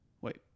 Wait